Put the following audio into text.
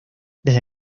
desde